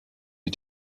wir